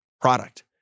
product